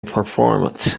performance